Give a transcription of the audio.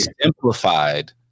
simplified